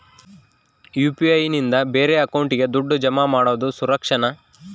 UPI ನಿಂದ ಬೇರೆ ಅಕೌಂಟಿಗೆ ದುಡ್ಡು ಜಮಾ ಮಾಡೋದು ಸುರಕ್ಷಾನಾ?